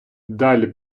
далі